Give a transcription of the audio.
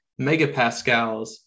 megapascals